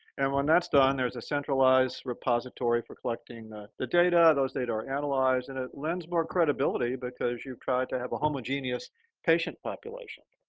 and when that's done, there's a centralized repository for collecting the data, those data are analyzed. and it lends more credibility because you try to have a homogeneous patient population.